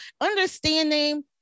understanding